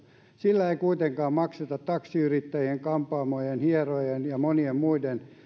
sillä ei kuitenkaan makseta taksiyrittäjien kampaamojen hierojien ja monien muiden